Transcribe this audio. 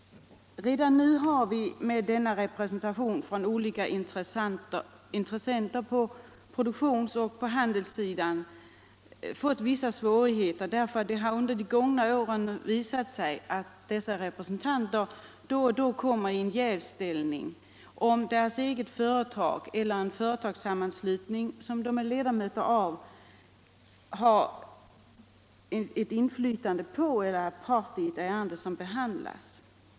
Redan nu har vi med denna representation från olika intressenter på produktions och handelssidan fått vissa svårigheter. Det har under de gångna åren visat sig att dessa representanter då och då kommer i jävsställning, om deras eget företag eller en företagssammanslutning som de är ledamöter av har ett inflytande på eller är part i ett ärende som behandlas.